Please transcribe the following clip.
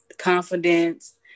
confidence